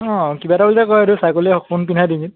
অঁ কিবা এটা বুলি যে কয় এইটো ছাগলীক অঁ সোণ পিন্ধাই ডিঙিত